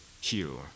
hero